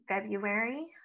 february